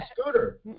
scooter